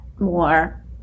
more